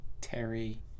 Terry